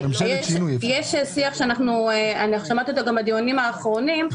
יש שיח שאנחנו שמעתי אותו גם בדיונים האחרונים,